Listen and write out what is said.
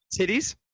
Titties